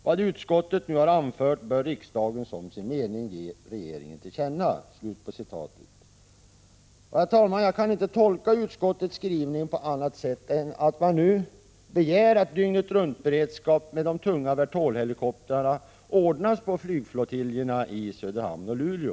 Vad utskottet nu har anfört bör riksdagen som sin mening ge regeringen till känna.” Herr talman! Jag kan inte tolka utskottets skrivning på annat sätt än att man nu begär att dygnet-runt-beredskap med de tunga vertolhelikoptrarna ordnas på flygflottiljerna i Söderhamn och Luleå.